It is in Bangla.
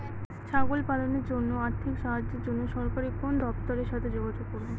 ছাগল পালনের জন্য আর্থিক সাহায্যের জন্য সরকারি কোন দপ্তরের সাথে যোগাযোগ করব?